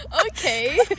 Okay